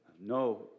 No